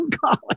college